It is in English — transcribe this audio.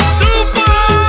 super